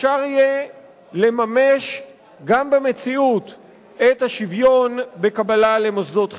אפשר יהיה לממש גם במציאות את השוויון בקבלה למוסדות חינוך.